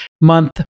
month